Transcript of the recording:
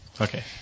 Okay